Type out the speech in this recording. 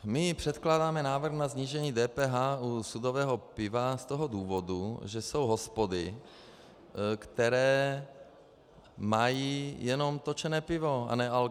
My předkládáme návrh na snížení DPH u sudového piva z toho důvodu, že jsou hospody, které mají jenom točené pivo a nealko.